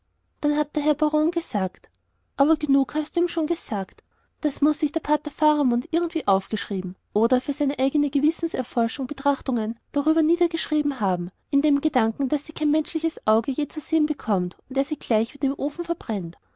dann hat der herr baron gesagt aber genug hast du ihm schon gesagt das muß sich der pater faramund irgendwie aufgeschrieben oder für seine eigene gewissenserforschung betrachtungen darüber niedergeschrieben haben in dem gedanken daß sie kein menschliches auge je zu sehen bekommt und er sie gleich wieder im ofen verbrennt